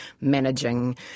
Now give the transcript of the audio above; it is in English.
managing